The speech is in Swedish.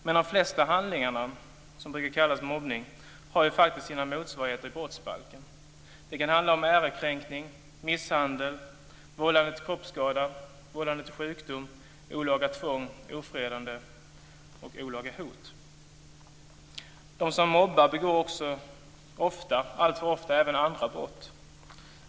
Men de flesta handlingar som brukar kallas för mobbning har faktiskt sina motsvarigheter i brottsbalken. Det kan handla om ärekränkning, misshandel, vållande till kroppsskada, vållande till sjukdom, olaga ofredande och olaga hot. De som mobbar begår alltför ofta även andra brott.